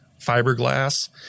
fiberglass